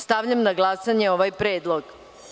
Stavljam na glasanje ovaj predlog.